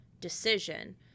decision